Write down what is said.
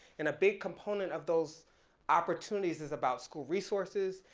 and a big component of those opportunities is about school resources,